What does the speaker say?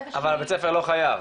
אבל בית הספר לא חייב?